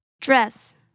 Dress